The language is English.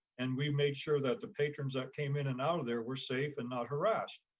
and we made sure that the patrons that came in and out of there were safe and not harassed.